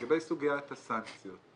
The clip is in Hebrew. לגבי סוגיית הסנקציות.